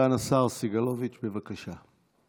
סגן השר סגלוביץ', בבקשה.